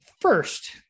first